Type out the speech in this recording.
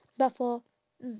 but for mm